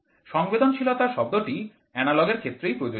সংবেদনশীলতা শব্দটি এনালগ এর ক্ষেত্রেই প্রযোজ্য